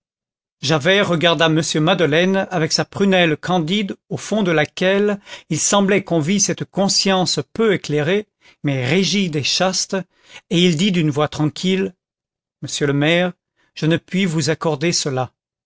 javert regarda m madeleine avec sa prunelle candide au fond de laquelle il semblait qu'on vit cette conscience peu éclairée mais rigide et chaste et il dit d'une voix tranquille monsieur le maire je ne puis vous accorder cela